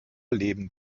leben